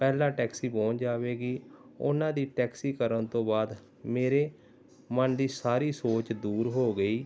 ਪਹਿਲਾਂ ਟੈਕਸੀ ਪਹੁੰਚ ਜਾਵੇਗੀ ਉਹਨਾਂ ਦੀ ਟੈਕਸੀ ਕਰਨ ਤੋਂ ਬਾਅਦ ਮੇਰੇ ਮਨ ਦੀ ਸਾਰੀ ਸੋਚ ਦੂਰ ਹੋ ਗਈ